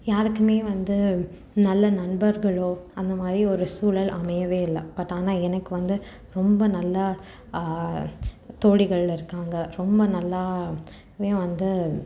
யாருக்குமே வந்து நல்ல நண்பர்களோ அந்த மாதிரி ஒரு சூழல் அமையவே இல்லை பட் ஆனால் எனக்கு வந்து ரொம்ப நல்லா தோழிகள் இருக்காங்க ரொம்ப நல்லா இப்பயும் வந்து